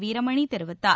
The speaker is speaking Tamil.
வீரமணி தெரிவித்தார்